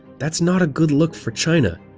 that's not a good look for china,